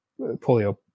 polio